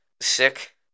sick